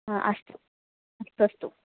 हा अस्तु अस्तु अस्तु